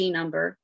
number